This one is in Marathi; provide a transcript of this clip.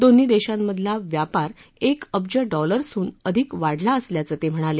दोन्ही देशांमधला व्यापार एक अब्ज डॉलर्सहून अधिक वाढला असल्याचं ते म्हणाले